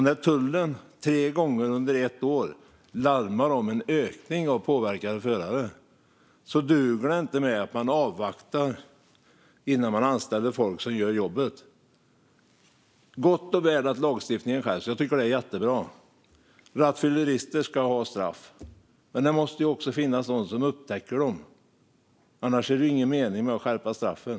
När tullen tre gånger under ett år larmar om en ökning av påverkade förare duger det inte att avvakta med att anställa folk som gör jobbet. Det är gott och väl att lagstiftningen skärps; jag tycker att det är jättebra. Rattfyllerister ska ha straff. Men det måste ju finnas någon som upptäcker dem, annars är det ingen mening att skärpa straffen.